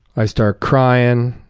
i start crying.